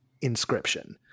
Inscription